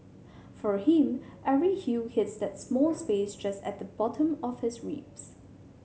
for him every hue hits that small space just at the bottom of his ribs